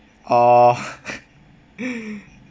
oh